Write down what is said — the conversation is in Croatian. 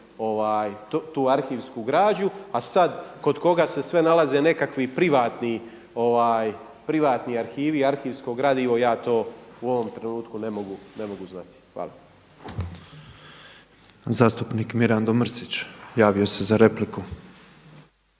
tu arhivsku građu. A sad, kod koga se sve nalaze nekakvi privatni arhivi i arhivsko gradivo, ja to u ovom trenutku ne mogu znati. Hvala. **Petrov, Božo (MOST)** Zastupnik Mirando Mrsić, javio se za repliku.